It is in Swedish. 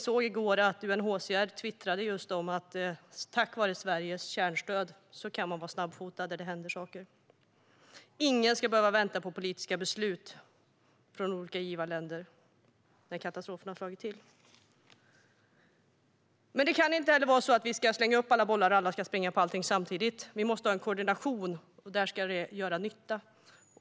I går twittrade UNHCR om att man tack vare Sveriges kärnstöd kan vara snabbfotad där det händer saker. Ingen ska behöva vänta på politiska beslut från olika givarländer när katastrofen har slagit till. Det kan heller inte vara så att vi ska slänga upp alla bollar och att alla ska springa på allting samtidigt. Vi måste ha koordination för att göra nytta.